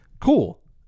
cool